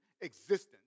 existence